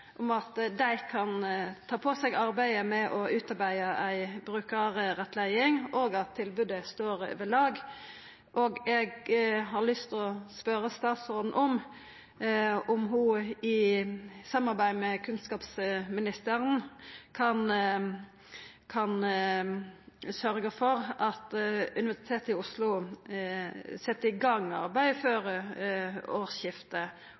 om at dei kan ta på seg arbeidet med å utarbeida ei brukarrettleiing, og at tilbodet står ved lag. Eg har lyst til å spørja statsråden om ho, i samarbeid med kunnskapsministeren, kan sørgja for at Universitetet i Oslo set i gang arbeidet før